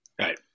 Right